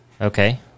Okay